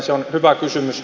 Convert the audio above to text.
se on hyvä kysymys